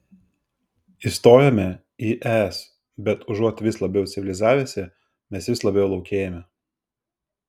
įstojome į es bet užuot vis labiau civilizavęsi mes vis labiau laukėjame